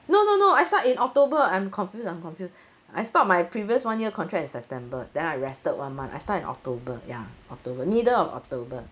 no no no I start in october I'm confused I'm confused I stop my previous one year contract in september then I rested one month I start in october ya october middle of october